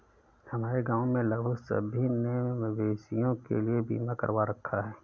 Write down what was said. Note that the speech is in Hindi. हमारे गांव में लगभग सभी ने मवेशियों के लिए बीमा करवा रखा है